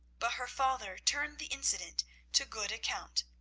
but her father turned the incident to good account.